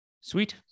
Sweet